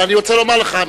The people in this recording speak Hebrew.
אבל אני רוצה לומר לך,